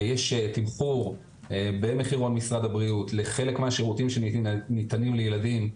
יש תמחור במחירון משרד הבריאות לחלק מהשירותים שניתנים לילדים.